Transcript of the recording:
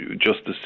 justice